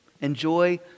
Enjoy